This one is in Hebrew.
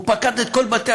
הוא פקד את כל בתי-הספר.